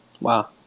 Wow